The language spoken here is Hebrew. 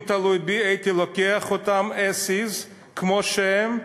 אם זה תלוי בי, הייתי לוקח אותם as is, כמו שהם,